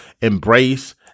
embrace